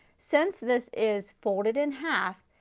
since this is folded in half,